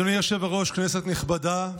אדוני היושב-ראש, כנסת נכבדה,